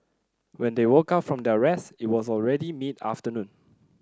when they woke up from their rest it was already mid afternoon